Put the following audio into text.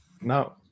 No